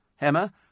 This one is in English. Emma